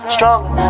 Stronger